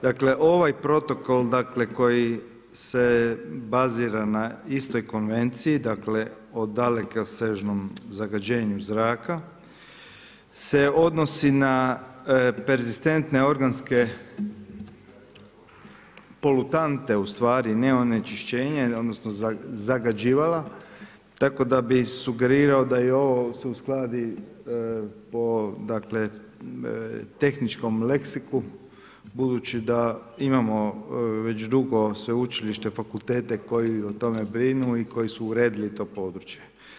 Dakle, ovaj protokol koji se bazira na istoj konvenciji, dakle o dalekosežnom zagađenju zraka se odnosi na perzistentne organske polutante ne onečišćenje odnosno zagađivala tako da bi sugerirao da i ovo se uskladi po tehničkom leksiku budući da imamo već dugo sveučilište, fakultete koji o tome brinu i koji su uredili to područje.